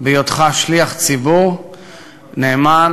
בהיותך שליח ציבור נאמן,